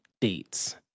dates